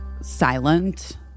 silent